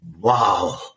wow